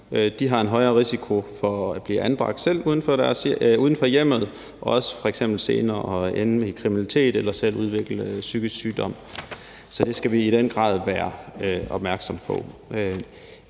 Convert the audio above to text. De har en højere risiko for at blive anbragt uden for hjemmet og også senere for f.eks. at ende i kriminalitet eller selv udvikle psykisk sygdom. Så det skal vi i den grad være opmærksomme på.